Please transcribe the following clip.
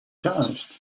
garnished